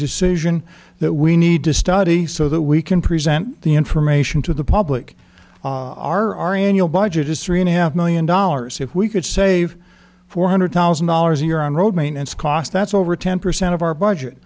decision that we need to study so that we can present the information to the public are in your budget is three and a half million dollars if we could save four hundred thousand dollars a year on road maintenance cost that's over ten percent of our budget